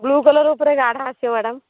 blue collar ଉପରେ ଗାଢା ଆସିବ ମ୍ୟାଡ଼ମ୍